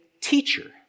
teacher